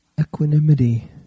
equanimity